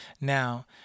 Now